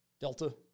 Delta